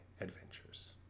Adventures